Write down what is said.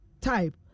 type